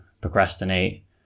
procrastinate